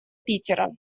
питера